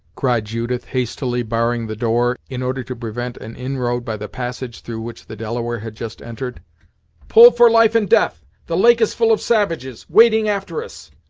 cried judith, hastily barring the door, in order to prevent an inroad by the passage through which the delaware had just entered pull, for life and death the lake is full of savages, wading after us!